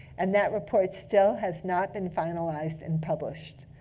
and that report still has not been finalized and published.